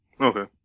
Okay